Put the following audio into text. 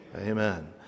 amen